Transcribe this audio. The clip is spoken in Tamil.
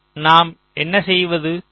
நாம் என்ன செய்வது